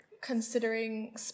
considering